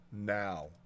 now